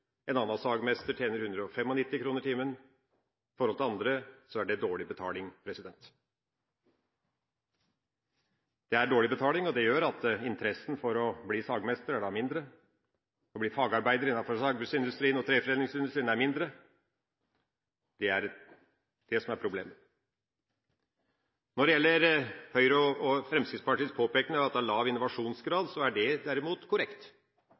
en annen sagmester tjener 195 kr timen. I forhold til andre er det dårlig betaling. Det er dårlig betaling, og det gjør at interessen for å bli sagmester og fagarbeider innenfor sagbruksindustrien og treforedlingsindustrien er mindre. Det er det som er problemet. Når det gjelder Høyre og Fremskrittspartiets påpekning av at det er lav innovasjonsgrad, er det derimot korrekt.